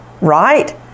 right